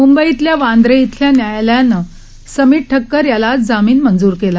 मंबईतल्या वांद्रे इथल्या न्यायालयानं समीत ठक्कर याला आज जामीन मंजूर केला